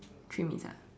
three minutes ah